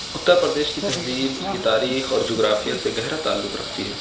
اتر پردیش کی تہذیب اس کی تاریخ اور جغرافیہ سے گہرا تعلق رکھتی ہے